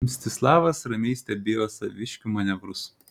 mstislavas ramiai stebėjo saviškių manevrus